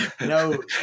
No